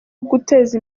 guteza